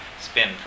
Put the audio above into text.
spin